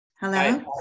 hello